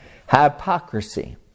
Hypocrisy